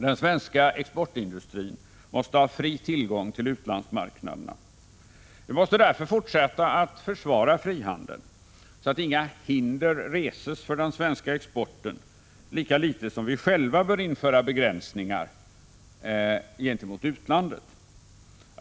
Den svenska exportindustrin måste ha fri tillgång till utlandsmarknaderna. Vi måste därför fortsätta att försvara frihandeln så att inga hinder reses för den svenska exporten, lika litet som vi själva bör införa begränsningar gentemot utlandet.